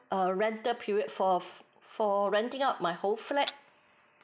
uh rental period for err for renting out my whole flat